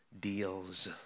deals